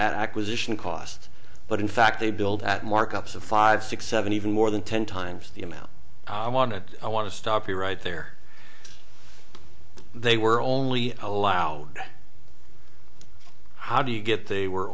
acquisition cost but in fact they billed at markups of five six seven even more than ten times the amount i wanted i want to stop you right there they were only allowed how do you get they were